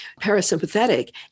Parasympathetic